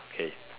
oh okay